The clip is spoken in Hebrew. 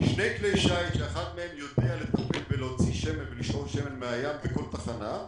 שני כלי שיט שאחד מהם יודע לטפל ולהוציא שמן ולשאוב שמן מהים בכל תחנה,